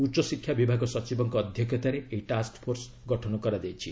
ଉଚ୍ଚଶିକ୍ଷା ବିଭାଗ ସଚିବଙ୍କ ଅଧ୍ୟକ୍ଷତାରେ ଏହି ଟାସ୍କ ଫୋର୍ସ ଗଠନ କରାଯାଇଛି